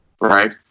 right